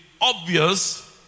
obvious